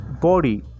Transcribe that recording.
body